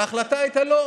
וההחלטה הייתה: לא,